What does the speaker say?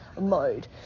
mode